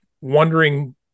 wondering